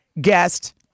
guest